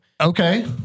Okay